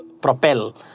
propel